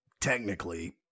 technically